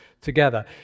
together